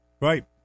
Right